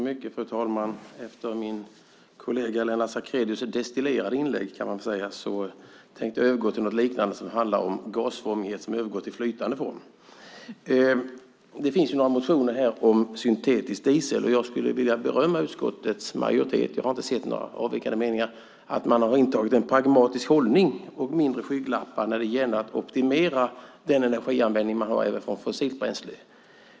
Fru talman! Efter min kollega Lennart Sacrédeus destillerade inlägg, kan man väl säga, tänkte jag övergå till något liknande. Det handlar om gasformiga bränslen som övergår till flytande form. Det finns några motioner här om syntetisk diesel, och jag skulle vilja berömma utskottets majoritet - jag har inte sett några avvikande meningar - för att man har intagit en pragmatisk hållning och har färre skygglappar när det gäller att optimera den energianvändning man har över från fossilt bränsle.